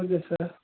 okay sir